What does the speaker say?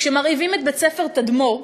כשמרעיבים את בית-ספר "תדמור",